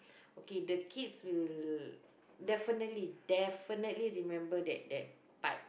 okay the kids will definitely definitely remember that that part